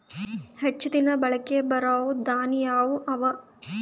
ಹೆಚ್ಚ ದಿನಾ ಬಾಳಿಕೆ ಬರಾವ ದಾಣಿಯಾವ ಅವಾ?